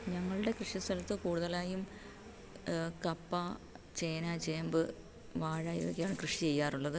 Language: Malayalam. ഞങ്ങളുടെ കൃഷി സ്ഥലത്ത് കൂടുതലായും കപ്പ ചേന ചേമ്പ് വാഴ ഇതൊക്കെയാണ് കൃഷി ചെയ്യാറുള്ളത്